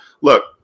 look